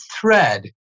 thread